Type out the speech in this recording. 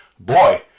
Boy